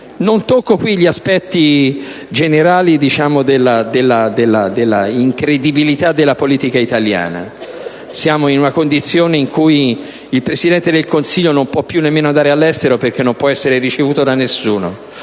Non tocco qui gli aspetti generali della incredibilità della politica italiana. Data l'attuale condizione, ormai il Presidente del Consiglio non può più nemmeno andare all'estero, perché non può essere ricevuto da nessuno.